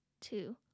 two